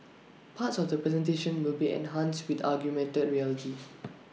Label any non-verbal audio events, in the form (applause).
(noise) parts of the presentation will be enhanced with augmented reality